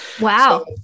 Wow